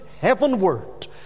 heavenward